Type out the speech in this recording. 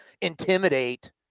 intimidate